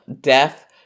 death